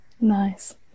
Nice